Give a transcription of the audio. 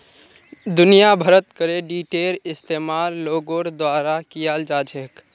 दुनिया भरत क्रेडिटेर इस्तेमाल लोगोर द्वारा कियाल जा छेक